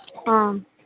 ఆ